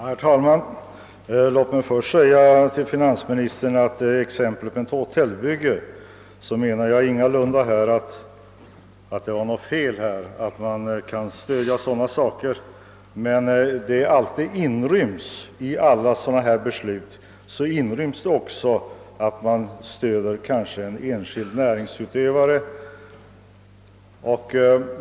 Herr talman! Låt mig först säga till finansministern att jag med att anföra ett hotellbygge som exempel ingalunda har menat att det är något fel att stödja sådana företag. I sådana beslut inryms emellertid också alltid att man stöder en enskild näringsutövare.